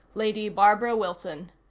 lady barbara wilson.